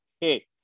hey